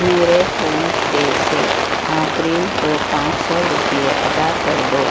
میرے فون پے سے آفرین کو پانچ سو روپیے ادا کرو